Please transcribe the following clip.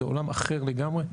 זה עולם אחר לגמרי.